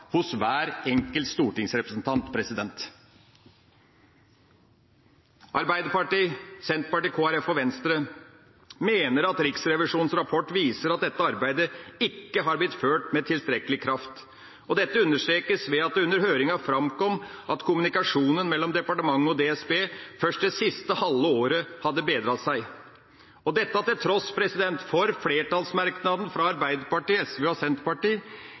hos hver enkelt stortingsrepresentant. Arbeiderpartiet, Senterpartiet, Kristelig Folkeparti og Venstre mener at Riksrevisjonens rapport viser at dette arbeidet ikke har blitt ført med tilstrekkelig kraft. Dette understrekes ved at det under høringa framkom at kommunikasjonen mellom departementet og DSB først det siste halve året hadde bedret seg, til tross for flertallsmerknaden fra Arbeiderpartiet, SV og Senterpartiet